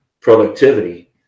productivity